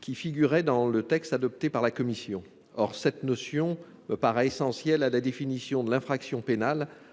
qui figurait dans le texte adopté par la commission. Or cette notion me paraît essentielle à la définition de l'infraction pénale,